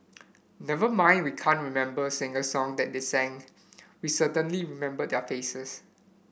never mind we can't remember a single song that they sang we certainly remember their faces